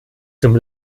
zum